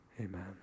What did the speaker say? amen